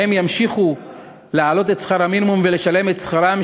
ימשיכו להעלות את שכר המינימום ולשלם